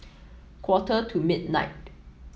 quarter to midnight